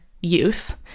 youth